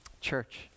Church